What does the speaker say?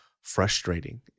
frustrating